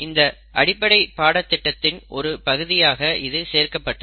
இந்த அடிப்படை பாட திட்டத்தின் ஒரு பகுதியாக இது சேர்க்கப்பட்டது